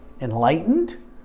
enlightened